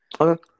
Okay